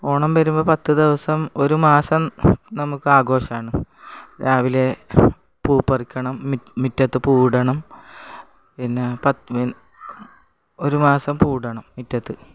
ഓണം വരുമ്പം പത്തു ദിവസം ഒരു മാസം നമുക്ക് ആഘോഷമാണ് രാവിലെ പൂ പറിക്കണം മുറ്റത്ത് പൂവിടണം പിന്നെ പത്ത് ഒരു മാസം പൂവിടണം മുറ്റത്ത്